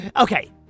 Okay